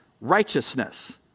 righteousness